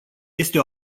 este